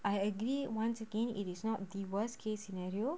I agree once again it is not the worst case scenario